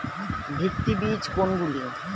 ভিত্তি বীজ কোনগুলি?